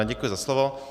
Děkuji za slovo.